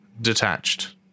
Detached